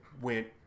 went